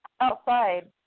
outside